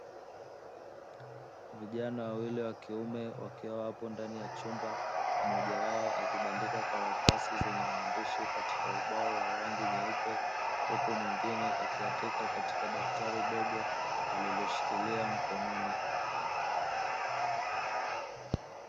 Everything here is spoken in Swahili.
Vijana wawili wakiume wakiwa ndani ya chumba mmoja wao akibandika karatasi zenye maandishi katika ubao wa rangi nyeupe huku mwingine akiandika katika daftari dogo aliloshikiria mkononi.